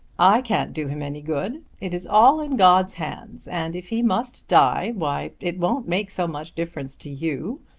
i can't do him any good. it is all in god's hands, and if he must die why, it won't make so much difference to you.